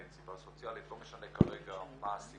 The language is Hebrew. עובר מת, סיבה סוציאלית, לא משנה כרגע מה הסיבה,